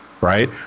right